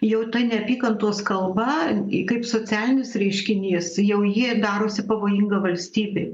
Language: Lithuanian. jau ta neapykantos kalba kaip socialinis reiškinys jau ji darosi pavojinga valstybei